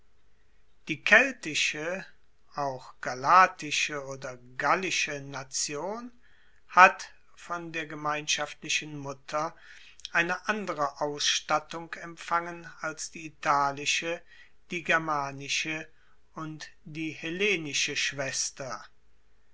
die keltische auch galatische oder gallische nation hat von der gemeinschaftlichen mutter eine andere ausstattung empfangen als die italische die germanische und die hellenische schwester